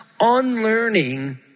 unlearning